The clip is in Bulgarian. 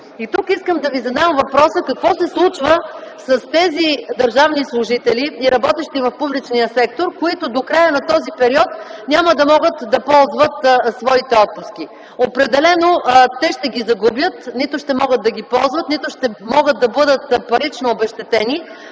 И тук искам да Ви задам въпроса: какво се случва с тези държавни служители и работещи в публичния сектор, които до края на този период няма да могат да ползват своите отпуски? Определено те ще ги загубят – нито ще могат да ги ползват, нито ще могат да бъдат парично обезщетени.